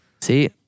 See